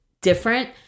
different